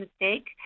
mistake